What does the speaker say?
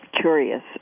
curious